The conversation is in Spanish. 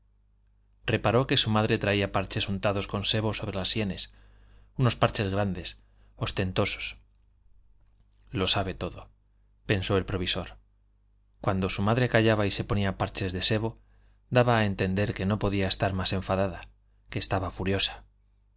reparó que su madre traía parches untados con sebo sobre las sienes unos parches grandes ostentosos lo sabe todo pensó el provisor cuando su madre callaba y se ponía parches de sebo daba a entender que no podía estar más enfadada que estaba furiosa